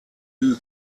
who